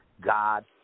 God